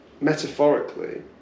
metaphorically